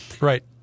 right